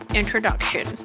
introduction